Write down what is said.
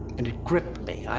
and it gripped me.